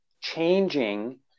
changing